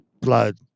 blood